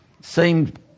seemed